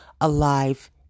alive